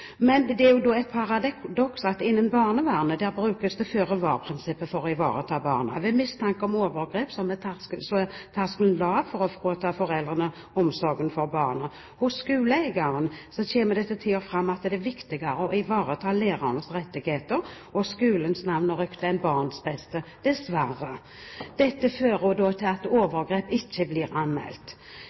ivareta barna, og ved mistanke om overgrep er terskelen lav for å frata foreldrene omsorgen for barna. Når det gjelder skoleeieren, kommer det derimot fram at det er viktigere å ivareta lærernes rettigheter og skolens navn og rykte enn barnas beste, dessverre. Dette fører da til at overgrep ikke blir anmeldt.